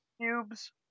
cubes